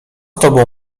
tobą